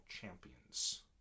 Champions